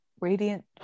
radiant